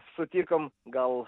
sutikom gal